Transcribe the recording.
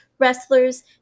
wrestlers